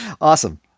Awesome